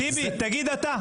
טיבי, תגיד אתה.